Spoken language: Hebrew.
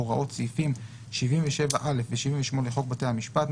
הוראות סעיפים 77א ו-78 לחוק בתי המשפט ,